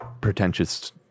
pretentious